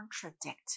contradict